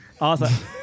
Awesome